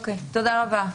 תודה רבה.